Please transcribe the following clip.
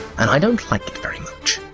and i don't like it very much.